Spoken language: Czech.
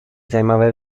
zajímavé